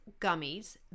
gummies